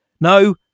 No